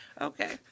Okay